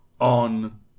on